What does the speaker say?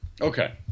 Okay